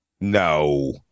No